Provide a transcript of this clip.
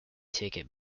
ticket